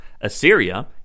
Assyria